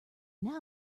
now